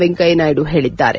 ವೆಂಕಯ್ಯನಾಯ್ಡು ಹೇಳಿದ್ದಾರೆ